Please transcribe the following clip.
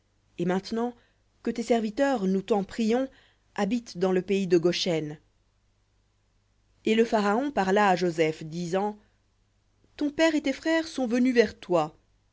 et maintenant que tes serviteurs nous t'en prions habitent dans le pays de goshen v et le pharaon parla à joseph disant ton père et tes frères sont venus vers toi